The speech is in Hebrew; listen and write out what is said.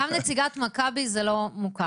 גם לנציגת מכבי זה לא מוכר.